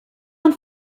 man